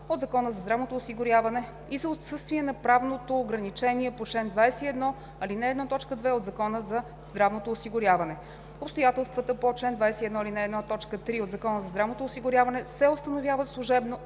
от Закона за здравното осигуряване и за отсъствие на правното ограничение по чл. 21, ал. 1, т. 2 от Закона за здравното осигуряване. Обстоятелствата по чл. 21, ал. 1, т. 3 от Закона за здравното осигуряване се установяват служебно